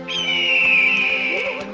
e